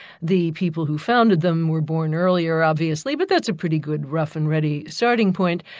the people who founded them were born earlier, obviously, but that's a pretty good rough and ready starting point.